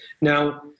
Now